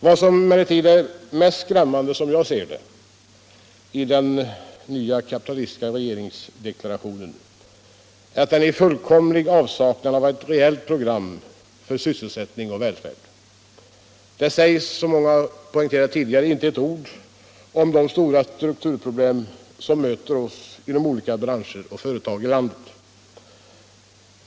Vad som emellertid är mest skrämmande, som jag ser det, i den nya kapitalistiska regeringens deklaration är den fullkomliga avsaknaden av ett reellt program för sysselsättning och välfård. Där sägs, som många har poängterat tidigare, inte ett ord om de stora strukturproblem som möter inom olika branscher och företag i landet.